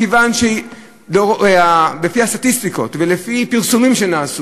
מכיוון שלפי הסטטיסטיקות ולפי פרסומים שהיו,